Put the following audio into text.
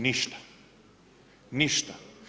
Ništa, ništa.